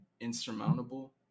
insurmountable